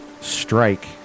strike